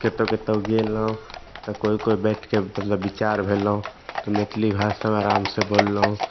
कतहु कतहु गेलहुँ तऽ केओ केओ बैठ के मतलब बिचार भेलहुँ तऽ मैथली भाषा आराम से बोललहुँ